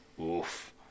Oof